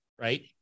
right